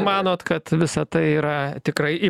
manot kad visa tai yra tikrai į